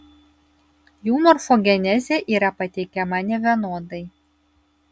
jų morfogenezė yra pateikiama nevienodai